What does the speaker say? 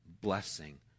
blessing